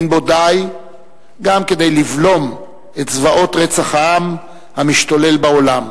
אין בו די גם כדי לבלום את זוועות רצח העם המשתולל בעולם,